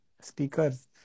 speakers